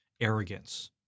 arrogance